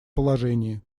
положении